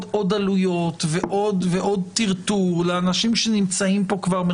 עלויות ועוד טרטור לאנשים שנמצאים פה.